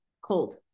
cold